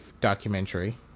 documentary